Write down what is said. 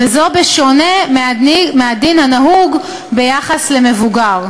וזאת בשונה מהדין הנוהג ביחס למבוגר.